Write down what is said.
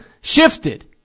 shifted